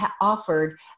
offered